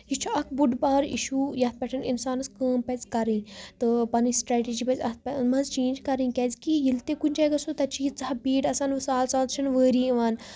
یہِ چھُ اکھ بوٚڑ بارٕ اِشوٗ یتھ پٮ۪ٹھ انسانس کٲم پزِ کرٕنۍ تہٕ پنٕنۍ سٹریٹِجی پزِ اتھ منٛز چینٛج کرٕنۍ کیازِ کہِ ییٚلہِ تہِ کُنہِ جایہِ گژھو تتہِ چھِ ییٖژاہ بیڑ آسان سہل سہل چھُنہٕ وٲری یِوان